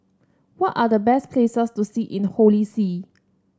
what are the best places to see in Holy See